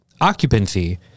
occupancy